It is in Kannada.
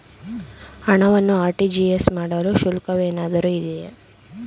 ಹಣವನ್ನು ಆರ್.ಟಿ.ಜಿ.ಎಸ್ ಮಾಡಲು ಶುಲ್ಕವೇನಾದರೂ ಇದೆಯೇ?